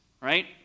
right